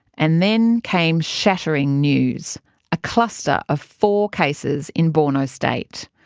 and then came shattering news a cluster of four cases in borno state.